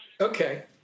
Okay